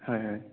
হয় হয়